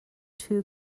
two